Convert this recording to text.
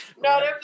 no